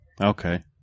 Okay